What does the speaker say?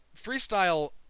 Freestyle